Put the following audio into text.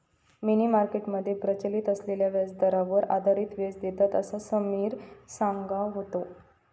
मनी market मध्ये प्रचलित असलेल्या व्याजदरांवर आधारित व्याज देतत, असा समिर सांगा होतो